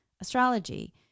astrology